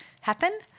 happen